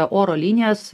oro linijos